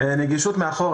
גם משרד הבריאות משלם?